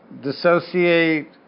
dissociate